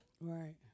Right